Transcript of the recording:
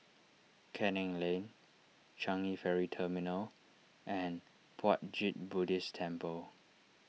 Canning Lane Changi Ferry Terminal and Puat Jit Buddhist Temple